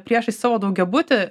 priešais savo daugiabutį